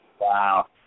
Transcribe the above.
Wow